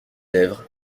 lèvres